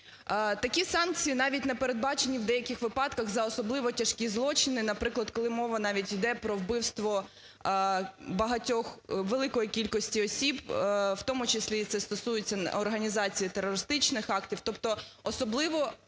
Такі санкції навіть не передбачені в деяких випадках за особливо тяжкі злочини, наприклад, коли мова навіть йде про вбивство багатьох, великої кількості осіб, в тому числі це стосується організації терористичних актів, тобто особливо